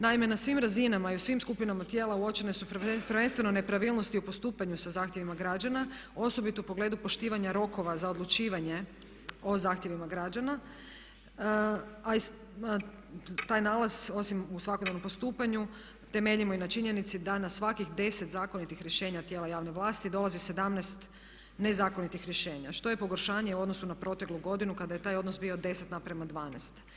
Naime, na svim razinama i u svim skupinama tijela uočene su prvenstveno nepravilnosti u postupanju sa zahtjevima građana osobito u pogledu poštivanja rokova za odlučivanje o zahtjevima građana, a taj nalaz osim u svakodnevnom postupanju temeljimo i na činjenici da na svakih 10 zakonitih rješenja tijela javne vlasti dolazi 17 nezakonitih rješenja što je pogoršanje u odnosu na proteklu godinu kada je taj odnos bio 10:12.